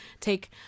take